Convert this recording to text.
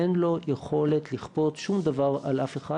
אין לו יכולת לכפות שום דבר על אף אחד.